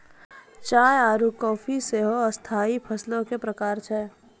चाय आरु काफी सेहो स्थाई फसलो के प्रकार छै